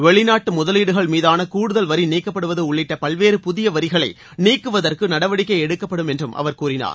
வெளிநாட்டு முதலீடுகள் மீதான கூடுதல் வரி நீக்கப்படுவது உள்ளிட்ட பல்வேறு புதிய வரிகளை நீக்குவதற்கு நடவடிக்கை எடுக்கப்படும் என்றும் அவர் கூறினார்